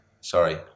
Sorry